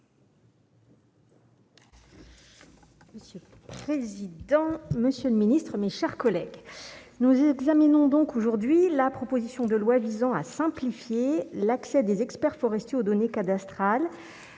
Monsieur le président, Monsieur le Ministre, mes chers collègues, nous examinons donc aujourd'hui la proposition de loi visant à simplifier l'accès des experts forestiers aux données cadastrales